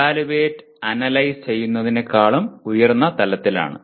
evaluate analyse ചെയ്യുന്നതിനേക്കാളും ഉയർന്ന തലത്തിലാണ്